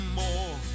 more